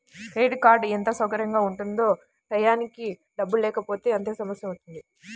credit card ఎంత సౌకర్యంగా ఉంటుందో టైయ్యానికి డబ్బుల్లేకపోతే అంతే సమస్యవుతుంది